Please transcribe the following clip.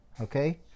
Okay